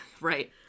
right